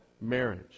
marriage